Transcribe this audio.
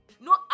No